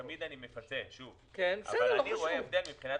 תמיד אני מפצה אבל אני רואה הבדל מבחינת